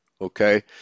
okay